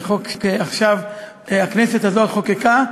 זה חוק שעכשיו הכנסת הזאת חוקקה,